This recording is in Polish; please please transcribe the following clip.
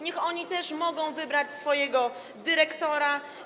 Niech oni też mogą wybrać swojego dyrektora.